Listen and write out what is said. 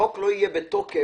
החוק לא יהיה בתוקף